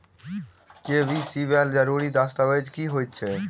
KYC लेल जरूरी दस्तावेज की होइत अछि?